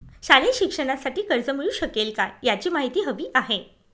शालेय शिक्षणासाठी कर्ज मिळू शकेल काय? याची माहिती हवी आहे